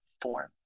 form